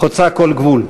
חוצה כל גבול.